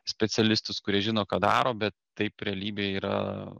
specialistus kurie žino ką daro bet taip realybėj yra